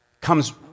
comes